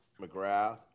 McGrath